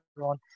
on